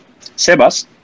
sebas